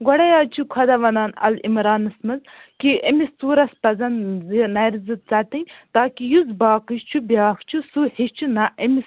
گوڑے حظ چھُ خۄدا ونان العمرانس منٛز کہِ أمِس ژورس پزن نَرِِ زٕ ژَٹٕنۍ تاکِہ یُس باقٕے چھُ بیاکھ چھُ سُہ ہیٚچھِ نا أمِس